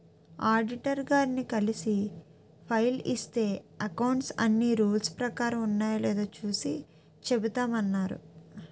auditor గారిని కలిసి file ఇస్తే అకౌంట్స్ అన్నీ రూల్స్ ప్రకారం ఉన్నాయో లేదో చూసి చెబుతామన్నారు